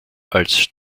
als